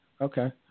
Okay